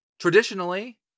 Traditionally